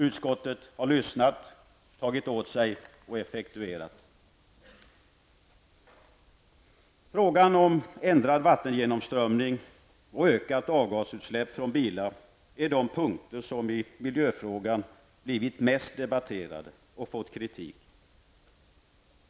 Utskottet har lyssnat, tagit åt sig och effektuerat. Frågan om ändrad vattengenomströmning och ökat avgasutsläpp från bilar är de punkter som i miljöfrågan blivit mest debatterade och fått kritik.